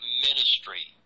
ministry